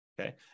Okay